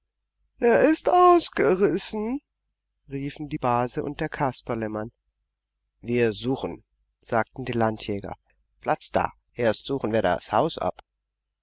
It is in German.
er ist ausgerissen riefen die base und der kasperlemann wir suchen sagten die landjäger platz da erst suchen wir das haus ab